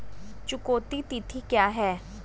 चुकौती तिथि क्या है?